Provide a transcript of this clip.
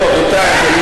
טוב, רבותי, אני